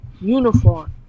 uniform